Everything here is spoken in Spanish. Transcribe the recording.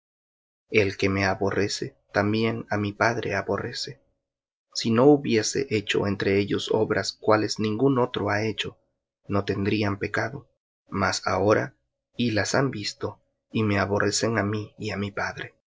el que me aborrece también á mi padre aborrece si no hubiese hecho entre ellos obras cuales ningún otro ha hecho no tendrían pecado mas ahora y han visto y me aborrecen á mí y á mi padre